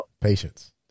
patience